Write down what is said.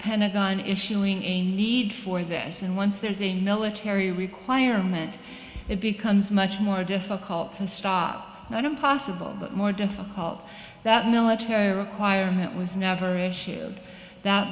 pentagon issuing a need for this and once there's a military requirement it becomes much more difficult to stop and i don't possible more difficult that military requirement was never issued that